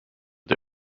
the